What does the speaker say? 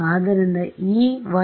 ಆದ್ದರಿಂದ E